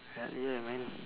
ya yeah man